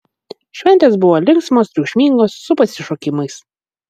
šventės buvo linksmos triukšmingos su pasišokimais